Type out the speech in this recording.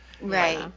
Right